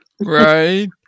Right